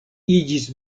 iĝis